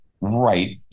right